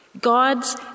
God's